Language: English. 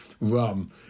rum